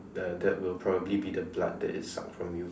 that will probably be the blood that it sucked from you